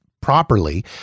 properly